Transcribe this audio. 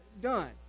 done